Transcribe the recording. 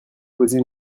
poser